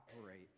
operate